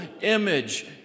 image